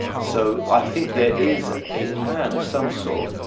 so i think there is a plan of some sort,